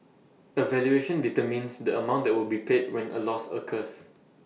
A valuation determines the amount that will be paid when A loss occurs